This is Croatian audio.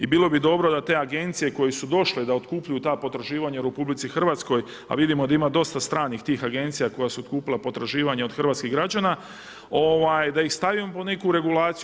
I bilo bi dobro da te agencije koje su došle da otkupljuju ta potraživanja u RH a vidimo da ima dosta stranih tih agencija koja su otkupila potraživanja od hrvatskih građana da ih stavljamo pod neku regulaciju.